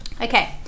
okay